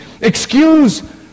excuse